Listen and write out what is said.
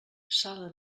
sala